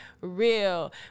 real